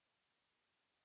Merci